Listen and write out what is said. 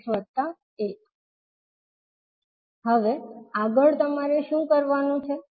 g11I1V11s1 હવે આગળ તમારે શું કરવાનું છે